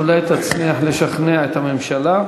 אולי תצליח לשכנע את הממשלה.